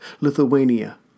Lithuania